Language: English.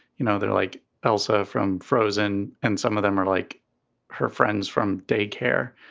you know, they're like elsa from frozen. and some of them are like her friends from day care,